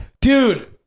dude